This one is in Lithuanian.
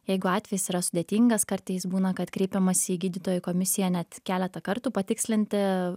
jeigu atvejis yra sudėtingas kartais būna kad kreipiamasi į gydytojų komisiją net keletą kartų patikslinti